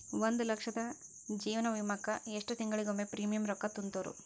ಒಂದ್ ಲಕ್ಷದ ಜೇವನ ವಿಮಾಕ್ಕ ಎಷ್ಟ ತಿಂಗಳಿಗೊಮ್ಮೆ ಪ್ರೇಮಿಯಂ ರೊಕ್ಕಾ ತುಂತುರು?